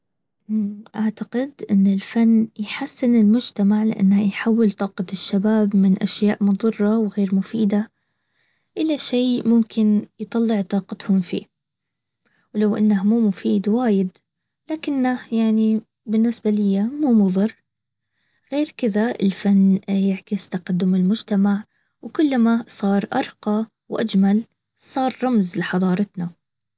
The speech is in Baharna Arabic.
مم اعتقد ان الفن يحسن المجتمع لانه يحول طاقة الشباب من اشياء مضرة وغير مفيدة الى شيء ممكن يطلع طاقتهم فيه. ولو انه مو مفيد وايد لكنه يعني بالنسبة لي مو مضر غير كذا الفن يعكس تقدم المجتمع. وكلما صار ارقى واجمل. صار رمز لحضارتنا